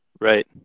right